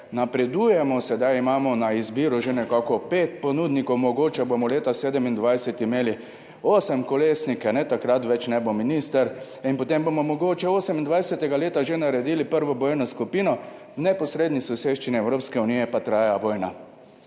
napredujemo, sedaj imamo na izbiro že nekako pet ponudnikov, mogoče bomo leta 27 imeli osemkolesnike, takrat več ne bo minister in potem bomo mogoče 28. leta že naredili prvo bojno skupino, v neposredni soseščini Evropske unije pa traja vojna.